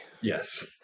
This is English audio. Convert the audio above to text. Yes